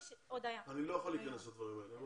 אני מצטער, אני לא יכול להיכנס לדברים האלה.